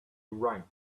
right